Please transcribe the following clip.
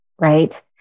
right